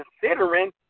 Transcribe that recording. considering